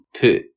put